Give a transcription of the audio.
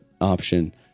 option